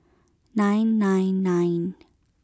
nine nine nine